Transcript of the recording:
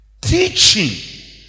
teaching